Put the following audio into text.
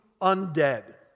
undead